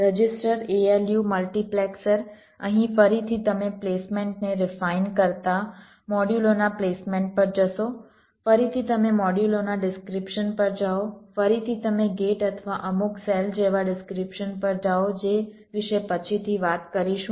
register ALU multiplexer અહીં ફરીથી તમે પ્લેસમેન્ટને રિફાઇન કરતા મોડ્યુલોના પ્લેસમેન્ટ પર જશો ફરીથી તમે મોડ્યુલોના ડિસ્ક્રીપ્શન પર જાઓ ફરીથી તમે ગેટ અથવા અમુક સેલ જેવા ડિસ્ક્રીપ્શન પર જાઓ જે વિશે પછીથી વાત કરીશું